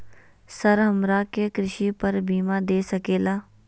Sir हमरा के कृषि पर बीमा दे सके ला?